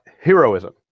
heroism